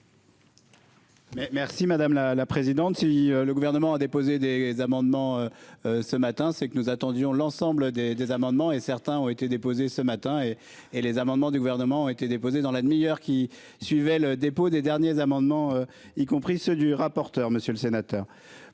Merci madame la présidente. Si le gouvernement a déposé des amendements. Ce matin, c'est que nous attendions l'ensemble des des amendements et certains ont été déposées ce matin. Et et les amendements du gouvernement était déposés dans la demi-heure qui suivait le dépôt des derniers amendements. Y compris ceux du rapporteur Monsieur le Sénateur,